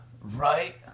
Right